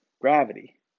Gravity